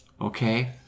Okay